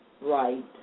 right